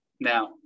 Now